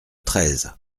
treize